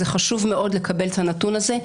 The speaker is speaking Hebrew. חשוב מאוד לקבל את הנתון הזה,